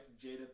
Jada